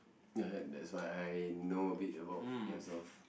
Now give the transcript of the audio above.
ya that's why I know a bit about yes of